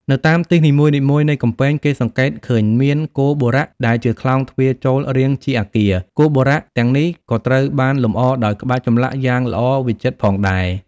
នៅតាមទិសនីមួយៗនៃកំពែង គេសង្កេតឃើញមាន គោបុរៈដែលជាក្លោងទ្វារចូលរាងជាអគារ គោបុរៈទាំងនេះក៏ត្រូវបានលម្អដោយក្បាច់ចម្លាក់យ៉ាងល្អវិចិត្រផងដែរ។